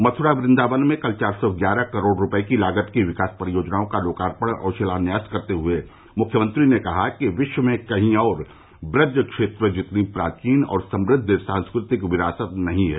मथुरा वृंदावन में कल चार सौ ग्यारह करोड़ रूपए लागत की विकास परियोजनाओं का लोकार्पण और शिलान्यास करते हुए मुख्यमंत्री ने कहा कि विश्व में कहीं और ब्रज क्षेत्र जितनी प्राचीन और समृद्ध सांस्कृतिक विरासत नहीं है